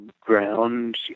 ground